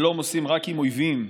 שלום עושים רק עם אויבים.